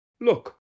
Look